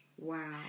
Wow